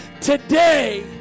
today